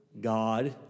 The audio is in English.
God